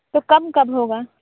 तो कम कब होगा